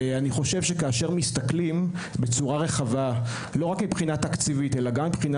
אני חושב שכאשר מסתכלים בצורה רחבה לא רק מבחינה תקציבית אלא גם מבחינה